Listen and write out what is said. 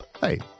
Hey